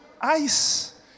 Ice